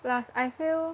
plus I feel